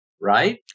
right